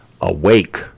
awake